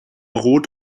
rot